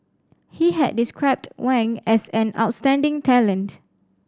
he had described Wang as an outstanding talent